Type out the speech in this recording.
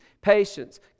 patience